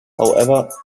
however